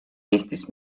eestis